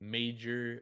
major